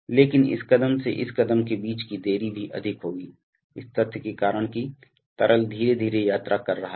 लेकिन इस कदम से इस कदम के बीच की देरी भी अधिक होगी इस तथ्य के कारण कि तरल धीरे धीरे यात्रा कर रहा है